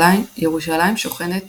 ירושלים שוכנת